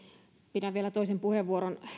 pidän vielä toisen puheenvuoron